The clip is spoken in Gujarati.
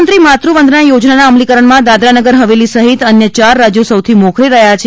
પ્રધાનમંત્રી માતૃવંદના યોજનાના અમલીકરણમાં દાદરાનગર હવેલી સહિત અન્ય ચાર રાજ્યો સૌથી મોખરે રહ્યા છે